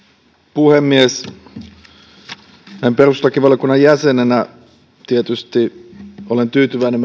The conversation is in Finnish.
puhemies näin perustuslakivaliokunnan jäsenenä olen tietysti tyytyväinen